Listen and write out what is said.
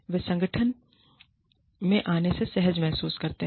वे संगठन में आने में सहज महसूस करते हैं